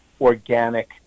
organic